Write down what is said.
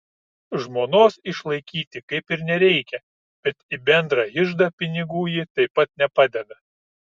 žmonos išlaikyti kaip ir nereikia bet į bendrą iždą pinigų ji taip pat nepadeda